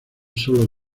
sólo